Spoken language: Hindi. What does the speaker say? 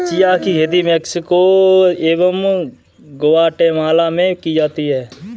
चिया की खेती मैक्सिको एवं ग्वाटेमाला में की जाती है